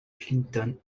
clinton